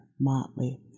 Motley